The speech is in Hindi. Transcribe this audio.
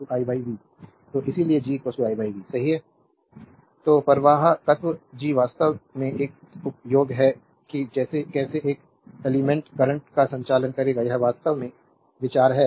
स्लाइड टाइम देखें 1908 तो प्रवाहकत्त्व जी वास्तव में एक उपाय है कि कैसे एक एलिमेंट्स करंट का संचालन करेगा यह वास्तव में विचार है